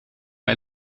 bij